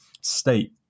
state